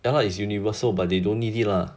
ya lah is universal but they don't need it really lah